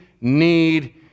need